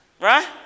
right